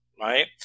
right